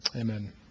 Amen